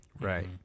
right